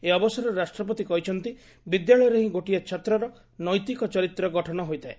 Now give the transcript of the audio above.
ଏହି ଅବସରରେ ରାଷ୍ଟପତି କହିଛନ୍ତି ବିଦ୍ୟାଳୟରେ ହି ଗୋଟିଏ ଛାତ୍ରର ନୈତିକ ଚରିତ୍ର ଗଠନ ହୋଇଥାଏ